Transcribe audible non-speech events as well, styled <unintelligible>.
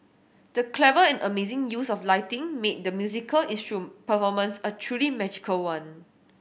the clever and amazing use of lighting made the musical <unintelligible> performance a truly magical one